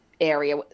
area